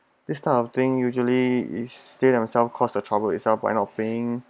this kind of thing usually is stay themselves caused the trouble itself why not paying